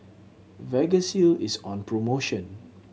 Vagisil is on promotion